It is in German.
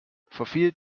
verfiel